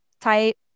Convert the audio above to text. type